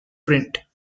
print